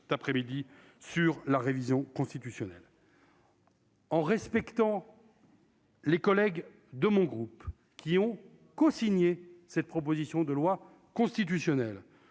après-midi sur la révision constitutionnelle. En respectant. Les collègues de mon groupe qui ont cosigné cette proposition de loi constitutionnelle